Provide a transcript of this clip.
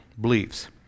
beliefs